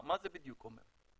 מה זה בדיוק אומר?